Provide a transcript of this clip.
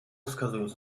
wskazując